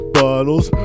bottles